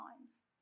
times